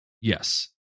yes